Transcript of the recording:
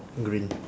green